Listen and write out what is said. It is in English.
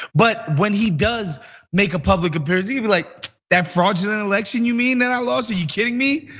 but when he does make a public appearance, even like that fraudulent election you mean that i lost are you kidding me?